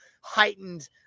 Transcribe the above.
heightened